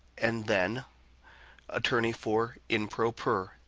and then attorney for in pro per.